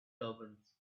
turbans